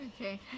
Okay